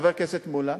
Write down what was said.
חבר הכנסת מולה,